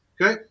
Okay